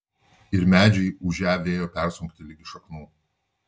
ir medžiai ūžią vėjo persunkti ligi šaknų